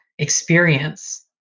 experience